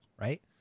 right